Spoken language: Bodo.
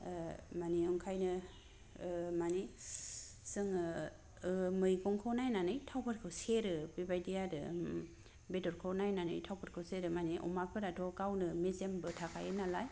मानि ओंखायनो मानि जोङो मैगंखौ नायनानै थावफोरखौ सेरो बिदि आरो बेदरखौ नाइनानै थावफोरखौ सेरो मानि अमाफोराथ' गावनो मेजेमबो थाखायो नालाय